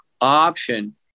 option